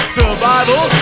survival